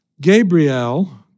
Gabriel